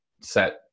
set